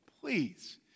please